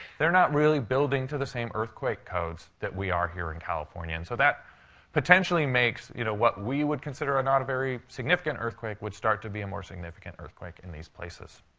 they're not really building to the same earthquake codes that we are here in california. and so that potentially makes, you know, what we would consider not a very significant earthquake would start to be a more significant earthquake in these places.